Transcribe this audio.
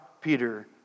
Peter